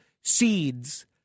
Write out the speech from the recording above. seeds